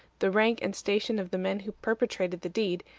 the rank and station of the men who perpetrated the deed,